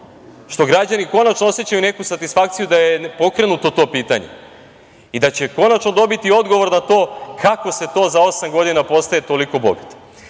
što građani konačno osećaju neku satisfakciju da je pokrenuto to pitanje i da će konačno dobiti odgovor na to kako se to za osam godina postaje toliko bogat.U